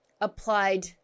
applied